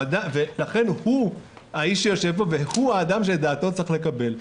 לכן הוא האיש שיושב פה שאת דעתו צריך לקבל.